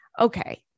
Okay